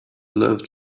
loved